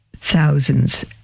thousands